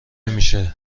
میشه